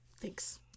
Thanks